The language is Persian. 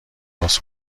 باز